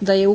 da je